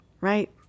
right